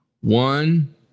One